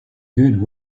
good